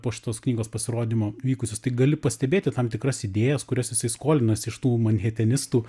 po šitos knygos pasirodymo vykusius tai gali pastebėti tam tikras idėjas kurias jisai skolinosi iš tų manhetenistų